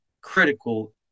critical